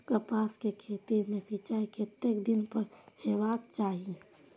कपास के खेती में सिंचाई कतेक दिन पर हेबाक चाही?